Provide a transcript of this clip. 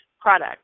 product